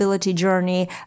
journey